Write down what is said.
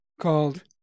called